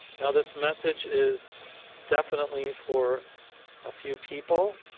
now, this message is definitely for a few people